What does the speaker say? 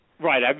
Right